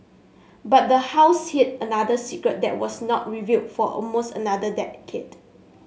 but the house hid another secret that was not revealed for almost another decade